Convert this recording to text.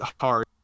hard